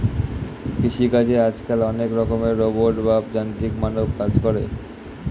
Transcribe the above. কৃষি চাষে আজকাল অনেক রকমের রোবট বা যান্ত্রিক মানব কাজ করে